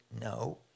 no